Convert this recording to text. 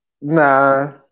nah